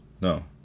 No